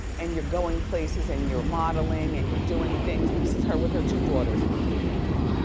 and you're going places and you're modeling, and you're doing things. this is her with her two daughters.